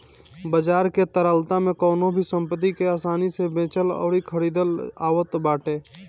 बाजार की तरलता में कवनो भी संपत्ति के आसानी से बेचल अउरी खरीदल आवत बाटे